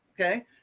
okay